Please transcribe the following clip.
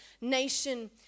nation